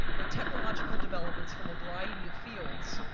where technological developments from a variety of fields,